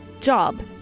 job